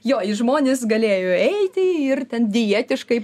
jo į žmonės galėjo eiti ir ten dietiškai